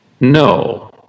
No